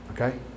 Okay